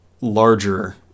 larger